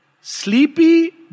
Sleepy